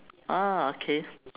ah okay